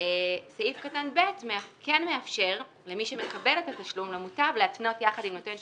ואז הצרכנים לא מצליחים להבין מי הוא והם מתחילים